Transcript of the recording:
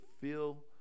feel